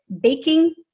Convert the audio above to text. baking